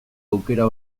aukera